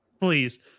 Please